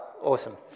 Awesome